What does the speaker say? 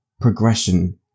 progression